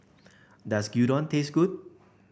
does Gyudon taste good